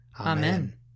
Amen